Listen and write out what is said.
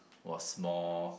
was more